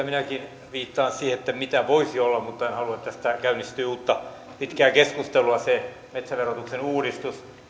minäkin viittaan siihen mitä voisi olla mutta en halua että tästä käynnistyy uutta pitkää keskustelua se metsäverotuksen uudistus